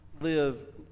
live